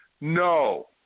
No